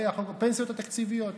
הפנסיות התקציביות.